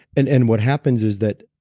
and and what happens is that,